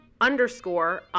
underscore